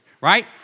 right